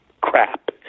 crap